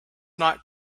not